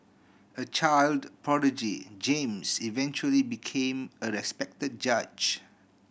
a child prodigy James eventually became a respected judge